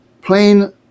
plain